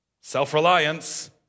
self-reliance